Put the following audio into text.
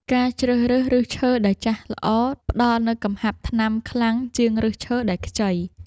ការជ្រើសរើសឫសឈើដែលចាស់ល្អ ផ្តល់នូវកំហាប់ថ្នាំខ្លាំងជាងឫសឈើដែលខ្ចី។